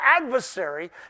adversary